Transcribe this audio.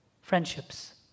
friendships